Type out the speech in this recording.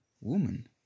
Woman